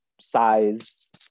size